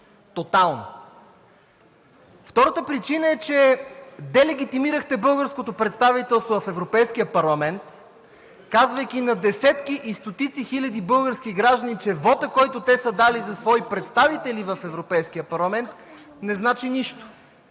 тотално. Втората причина е, че делегитимирахте българското представителство в Европейския парламент, казвайки на десетки и стотици хиляди български граждани, че вотът, който те са дали за свои представители в Европейския парламент, не значи нищо.